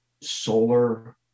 solar